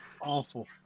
awful